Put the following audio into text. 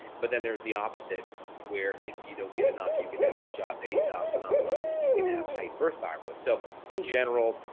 but then there is the opposite where if you don't get enough, you can have this jod-basedow phenomenon where you can have hyperthyroid. so, in general,